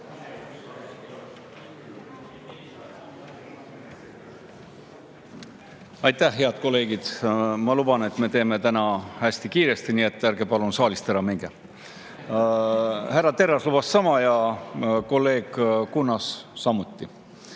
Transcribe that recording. Aitäh! Head kolleegid! Ma luban, et me teeme täna hästi kiiresti, nii et ärge palun saalist ära minge. Härra Terras lubas sama ja kolleeg Kunnas samuti. Eks